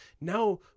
Now